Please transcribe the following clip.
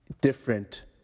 different